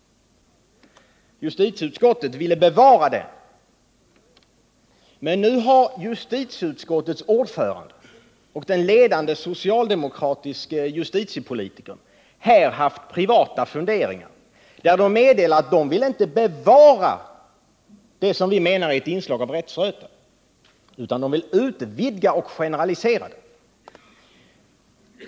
Justitieutskottet ville bevara den rättsrötan, men nu har justitieutskottets ordförande och den ledande socialdemokratiske justitiepolitikern haft privata funderingar här och meddelat att de inte bara vill bevara vad vi menar är ett inslag av rättsröta utan att de också vill utvidga och generalisera den.